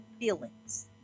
feelings